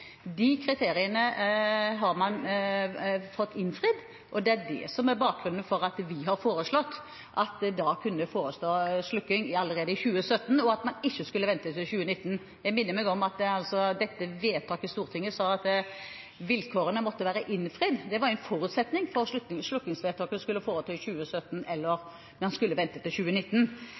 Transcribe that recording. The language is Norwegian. De kriteriene har man fått innfridd, og det er det som er bakgrunnen for at vi har foreslått at det kunne foretas slukking allerede i 2017, og at vi ikke skulle vente til 2019. Det minner meg om at da en i vedtaket i Stortinget sa vilkårene måtte være innfridd, var dette en forutsetning for at slukkingsvedtaket skulle foretas i 2017 – eller om en skulle vente til 2019.